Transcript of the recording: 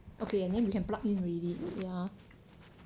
okay and then you can plug in already ya